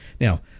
Now